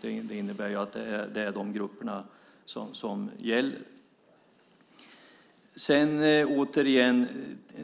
Det är de grupperna det gäller. Låt mig återgå